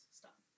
stop